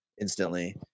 instantly